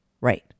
Right